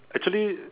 actually